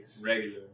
Regular